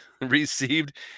received